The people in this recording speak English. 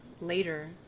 later